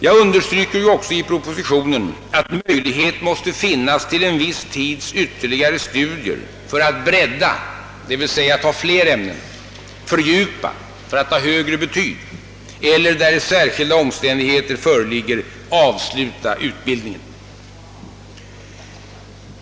Jag understryker också i propositionen att möjlighet måste finnas till en viss tids ytterligare studier för att bredda, d. v. s. ta fler ämnen, fördjupa, för att ta högre betyg, eller där särskilda omständigheter föreligger, avsluta utbildningen.